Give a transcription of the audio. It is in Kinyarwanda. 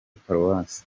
paruwasi